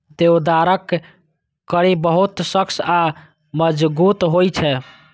देवदारक कड़ी बहुत सख्त आ मजगूत होइ छै